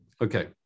Okay